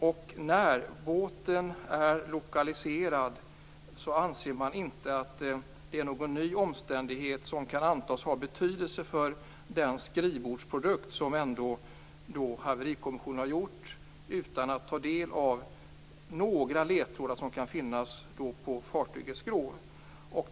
Och när båten är lokaliserad anser man inte att det är någon ny omständighet som kan antas ha betydelse för den skrivbordsprodukt som Haverikommissionen har gjort utan att ta del av några ledtrådar som kan finnas på fartygets skrov.